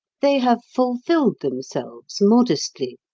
they have fulfilled themselves modestly.